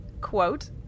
quote